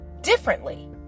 differently